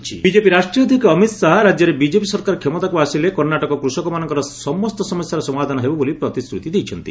Amit Shah BJP BJP ରାଷ୍ଟ୍ରୀୟ ଅଧ୍ୟକ୍ଷ ଅମିତ ଶାହା ରାଜ୍ୟରେ ବିଜେପି ସରକାର କ୍ଷମତାକୁ ଆସିଲେ କର୍ଷାଟକ କୃଷକମାନଙ୍କର ସମସ୍ତ ସମସ୍ୟାର ସମାଧାନ ହେବ ବୋଲି ପ୍ରତିଶ୍ରୁତି ଦେଇଛନ୍ତି